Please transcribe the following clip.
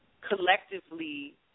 collectively